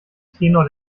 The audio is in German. tenor